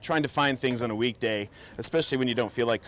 trying to find things on a weekday especially when you don't feel like